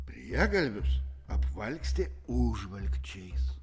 priegalvius apvalkstė užvalkčiais